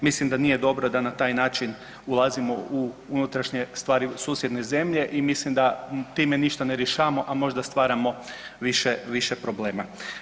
Mislim da nije dobro da na taj način ulazimo u unutrašnje stvari susjedne zemlje i mislim da time ništa ne rješavamo, a možda stvaramo više, više problema.